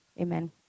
Amen